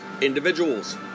individuals